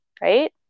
right